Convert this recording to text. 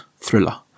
thriller